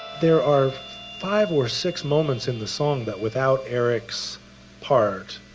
there are five or six moments in the song that without eric's part,